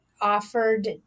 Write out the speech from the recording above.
offered